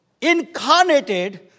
incarnated